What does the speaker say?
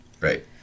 Right